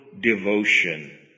devotion